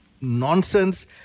nonsense